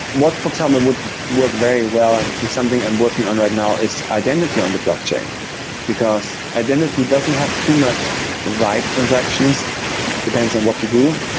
what, for example, would work very well, and this is something i'm working on right now is identity on the blockchain, because identity doesn't have too much write transactions. it depends on what you do.